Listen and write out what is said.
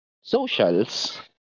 socials